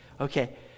okay